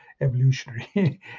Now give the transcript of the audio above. evolutionary